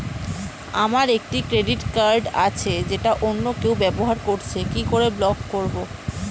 আমার একটি credit card আছে যেটা অন্য কেউ ব্যবহার করছে কি করে ব্লক করবো?